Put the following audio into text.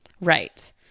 Right